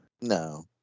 no